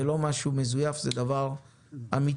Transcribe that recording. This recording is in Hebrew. זה לא משהו מזויף, זה דבר אמיתי.